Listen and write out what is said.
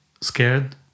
scared